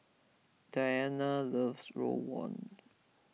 Dianna loves Rawon